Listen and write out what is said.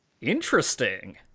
interesting